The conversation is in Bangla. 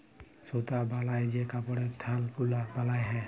সুতা বালায় যে কাপড়ের থাল গুলা বালাল হ্যয়